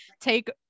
take